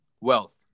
wealth